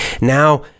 now